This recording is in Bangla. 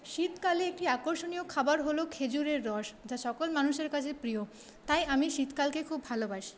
শীতকালে একটি আকর্ষণীয় খাবার হল খেজুরের রস যা সকল মানুষের প্রিয় তাই আমি শীতকালকে খুব ভালোবাসি